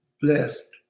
blessed